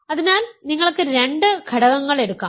അതിനാൽ നിങ്ങൾക്ക് രണ്ട് ഘടകങ്ങൾ എടുക്കാം